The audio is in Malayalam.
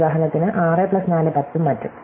ഉദാഹരണത്തിന് 6 പ്ലസ് 4 10 ഉം മറ്റും